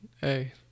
Hey